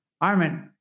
Armin